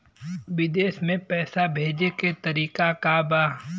विदेश में पैसा भेजे के तरीका का बा?